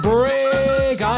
Break